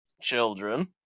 children